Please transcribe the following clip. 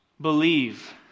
believe